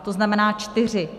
To znamená čtyři.